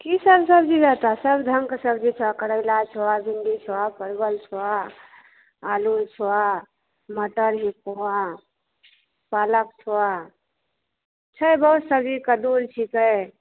की सब सब्जी लेता सब ढ़ंगके सब्जी छऽ करैला छऽ भिंडी छऽ परवल छऽ आलू छऽ मटर हेतऽ पालक छऽ बहुत सब्जी कद्दू आओर छिकै